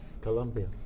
Colombia